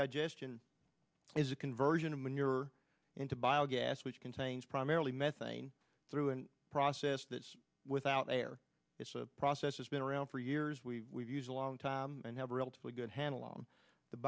digestion is a conversion of manure into bio gas which contains primarily methane through a process that without air it's a process has been around for years we use a long time and have a relatively good handle on the